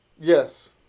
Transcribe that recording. Yes